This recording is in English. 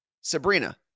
Sabrina